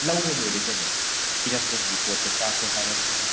ꯂꯧꯔ ꯂꯣꯏꯔꯦ ꯀꯩꯅꯣ ꯏꯔꯝꯗꯝꯒꯤ ꯄꯣꯠꯇ ꯆꯥꯁꯦ ꯍꯥꯏꯔꯕꯅꯤꯅ